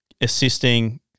assisting